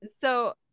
So-